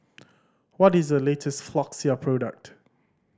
what is the latest Floxia product